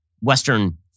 Western